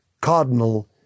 cardinal